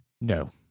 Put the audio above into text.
No